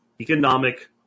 Economic